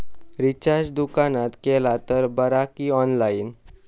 Recharge दुकानात केला तर बरा की ऑनलाइन?